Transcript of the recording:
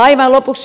aivan lopuksi